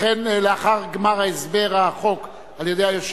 אנחנו ממשיכים בסדר-היום: הצעת חוק ההתייעלות הכלכלית